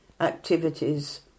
activities